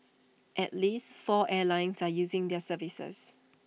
at least four airlines are using their services